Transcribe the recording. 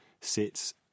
sits